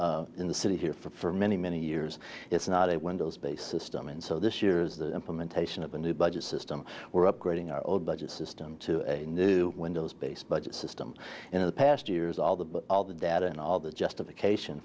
in the city here for many many years is not a windows based system and so this year is the implementation of a new budget system we're upgrading our old budget system to a new windows based budget system in the past two years all the all the data and all the justification